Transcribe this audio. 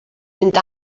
fynd